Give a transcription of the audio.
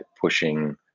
pushing